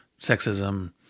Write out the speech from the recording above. sexism